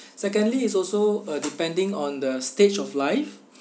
secondly is also uh depending on the stage of life